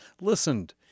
listened